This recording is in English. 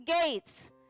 gates